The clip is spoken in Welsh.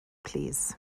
plîs